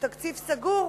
התקציב סגור,